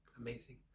Amazing